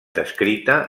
descrita